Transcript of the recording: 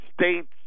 States